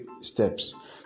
steps